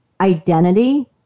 identity